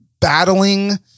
battling